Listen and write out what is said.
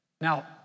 Now